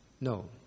No